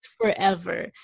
forever